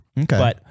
okay